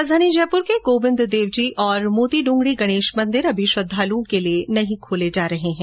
राजधानी जयपुर के गोविन्द देव जी और मोती डूंगरी गणेश मंदिर अभी श्रद्धालुओं के लिये नहीं खोले जायेंगे